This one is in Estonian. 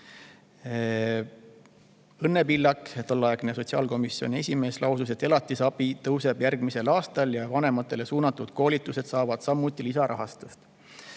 Õnne Pillak, tolleaegne sotsiaalkomisjoni esimees, lausus, et elatisabi tõuseb järgmisel aastal ja vanematele suunatud koolitused saavad samuti lisarahastust.